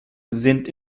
sind